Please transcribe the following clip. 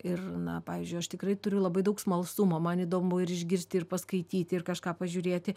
ir na pavyzdžiui aš tikrai turiu labai daug smalsumo man įdomu ir išgirsti ir paskaityti ir kažką pažiūrėti